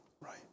right